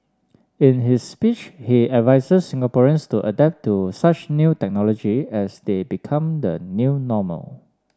in his speech he advices Singaporeans to adapt to such new technology as they become the new normal